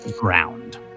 ground